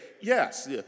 yes